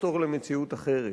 לחתור למציאות אחרת,